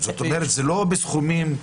זאת אומרת, לא מדובר בסכומים גדולים.